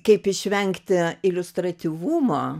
kaip išvengti iliustratyvumo